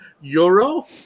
euro